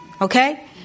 okay